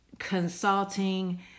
consulting